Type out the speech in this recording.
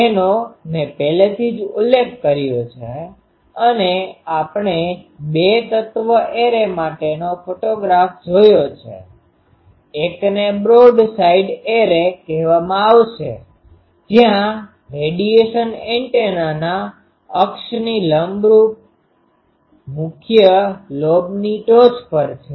જેનો મેં પહેલેથી જ ઉલ્લેખ કર્યો છે અને આપણે બે તત્વ એરે માટેનો ફોટોગ્રાફ જોયો છે એકને બ્રોડ સાઇડ એરે કહેવામાં આવશે જ્યાં રેડીયેશન એન્ટેનાના અક્ષની લંબરૂપ મુખ્ય લોબ્સની ટોચ પર છે